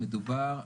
מדובר,